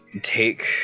Take